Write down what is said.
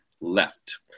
left